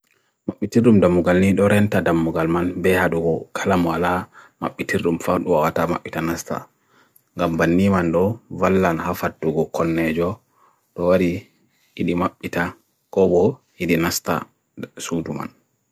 Mapitirum dham mughalli dorenta dham mughalman beha dugo kalam wala Mapitirum fadwawata Mapit anasta. Gambani man dho valan hafad dugo konnejo dwari idi Mapit'a kogo idi anasta sumduman.